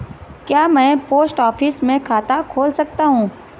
क्या मैं post office में खाता खोल सकता हूँ?